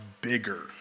bigger